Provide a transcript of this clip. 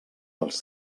dels